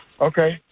Okay